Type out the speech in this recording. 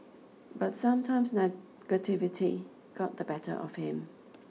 but sometimes negativity got the better of him